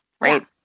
right